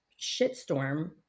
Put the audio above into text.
shitstorm